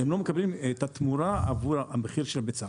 ולא מקבלים את התמורה עבור המחיר של הביצה.